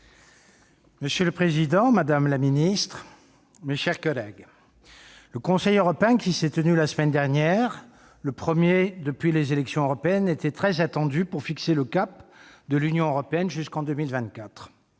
Monsieur le président, madame la secrétaire d'État, mes chers collègues, la réunion du Conseil européen qui s'est tenue la semaine dernière, la première depuis les élections européennes, était très attendue pour fixer le cap de l'Union européenne jusqu'en 2024.